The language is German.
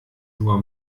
nur